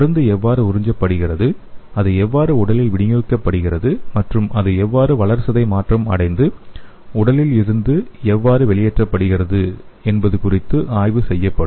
மருந்து எவ்வாறு உறிஞ்சப்படுகிறது அது எவ்வாறு உடலில் விநியோகிக்கப்படுகிறது மற்றும் அது எவ்வாறு வளர்சிதை மாற்றம் அடைந்து உடலில் இருந்து எவ்வாறு வெளியேற்றப்படுகிறது என்பது குறித்து ஆய்வு செய்யப்படும்